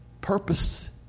purpose